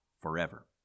forever